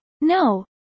no